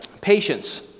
patience